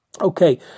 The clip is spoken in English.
Okay